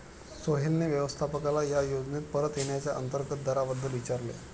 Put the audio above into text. सोहेलने व्यवस्थापकाला या योजनेत परत येण्याच्या अंतर्गत दराबद्दल विचारले